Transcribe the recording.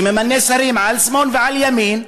שממנה שרים על שמאל ועל ימין,